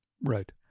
Right